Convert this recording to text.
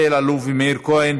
אלי אלאלוף ומאיר כהן.